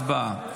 הצבעה.